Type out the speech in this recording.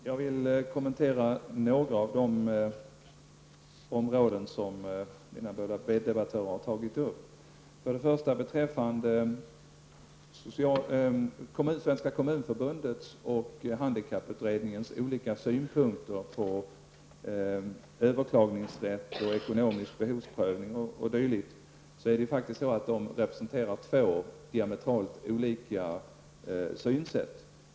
Herr talman! Jag vill kommentera några av de områden som mina båda meddebattörer har tagit upp. Först och främst har vi Svenska kommunförbundets och handikapputredningens olika synpunkter på överklagningsrätten och ekonomisk behovsprövning o.d. De representerar två diametralt olika synsätt.